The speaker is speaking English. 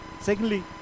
secondly